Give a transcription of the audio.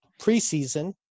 preseason